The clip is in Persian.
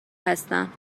هستم